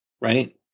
right